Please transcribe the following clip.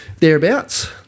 Thereabouts